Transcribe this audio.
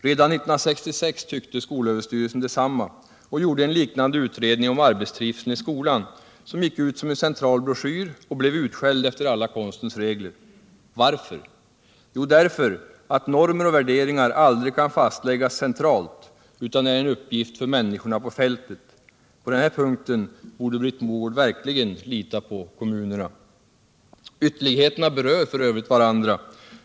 Redan 1966 tyckte skolöverstyrelsen detsamma och gjorde en liknande utredning om arbetstrivseln i skolan, vilken gick ut som en central broschyr och blev utskälld efter alla konstens regler. Varför? Jo, därför att normer och värderingar aldrig kan fastläggas centralt utan är en uppgift för människorna på fältet. På den här punkten borde Britt Mogård verkligen lita på kommunerna. Ytterligheterna berör f. ö. varandra.